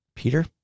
Peter